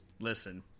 listen